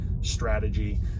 strategy